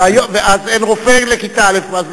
אז אין רופא לכיתה א'.